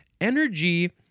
Energy